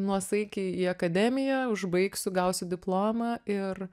nuosaikiai į akademiją užbaigsiu gausiu diplomą ir